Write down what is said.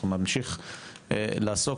אנחנו נמשיך לעשות,